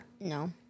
No